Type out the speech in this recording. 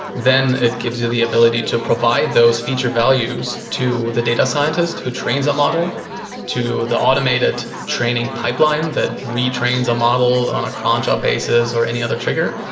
then it gives you the ability to provide those feature values to the data scientist who trains a model to the automated training pipeline that retrains a model on a cron job basis or any other trigger,